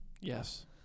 yes